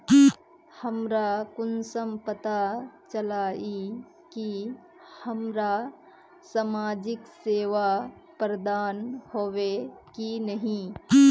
हमरा कुंसम पता चला इ की हमरा समाजिक सेवा प्रदान होबे की नहीं?